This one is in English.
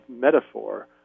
metaphor